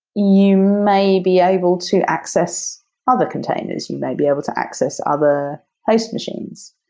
you may be able to access other containers. you may be able to access other host machines.